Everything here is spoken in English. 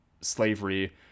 slavery